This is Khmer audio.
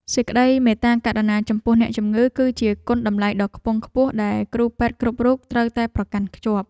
សេចក្តីមេត្តាករុណាចំពោះអ្នកជំងឺ គឺជាគុណតម្លៃដ៏ខ្ពង់ខ្ពស់ដែលគ្រូពេទ្យគ្រប់រូបត្រូវតែប្រកាន់ខ្ជាប់។